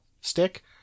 stick